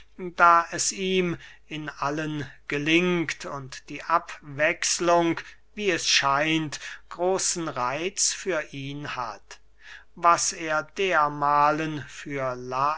da es ihm in allen gelingt und die abwechslung wie es scheint großen reitz für ihn hat was er dermahlen für